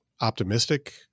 optimistic